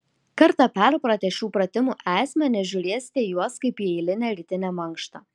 kartą perpratę šių pratimų esmę nežiūrėsite į juos kaip į eilinę rytinę mankštą